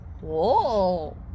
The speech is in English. Whoa